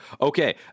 Okay